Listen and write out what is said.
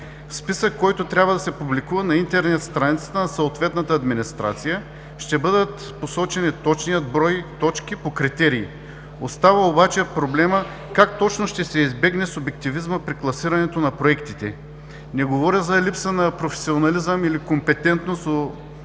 списък, който трябва да се публикува на интернет страницата на съответната администрация, ще бъдат посочени точният брой точки по критерии. Остава обаче проблемът как точно ще се избегне субективизмът при класирането на проектите. Не говоря за липса на професионализъм или компетентност у